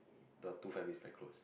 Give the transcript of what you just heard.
the two families is very close